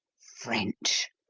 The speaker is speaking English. french!